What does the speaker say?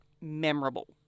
memorable